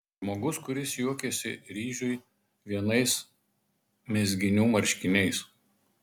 žmogus kuris juokiasi ryžiui vienais mezginių marškiniais